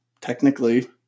Technically